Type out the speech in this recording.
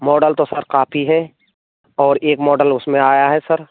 model तो sir काफी है और एक मॉडल उसमें आया है सर